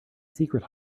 secret